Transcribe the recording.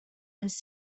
has